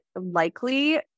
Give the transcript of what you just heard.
likely